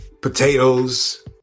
potatoes